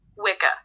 Wicca